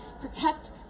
protect